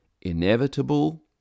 inevitable